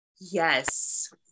yes